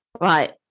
Right